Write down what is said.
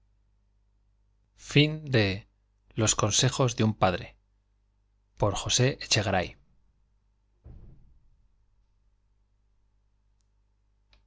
los consejos de un padre